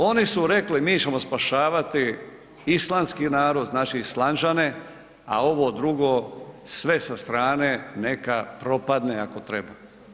Oni su rekli mi ćemo spašavati Islandski narod, znači Islanđane, a ovo drugo sve sa strane neka propadne ako treba.